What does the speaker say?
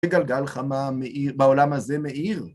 וגלגל חמה בעולם הזה מאיר.